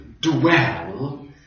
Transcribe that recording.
dwell